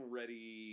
ready